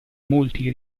molti